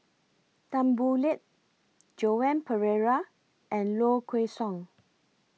Tan Boo Liat Joan Pereira and Low Kway Song